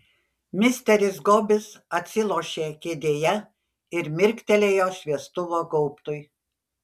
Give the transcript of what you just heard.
misteris gobis atsilošė kėdėje ir mirktelėjo šviestuvo gaubtui